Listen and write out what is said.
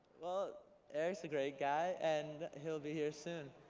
ah eric's a great guy, and he'll be here soon.